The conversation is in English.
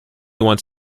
wants